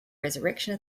resurrection